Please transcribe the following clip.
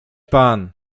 pan